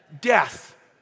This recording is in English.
death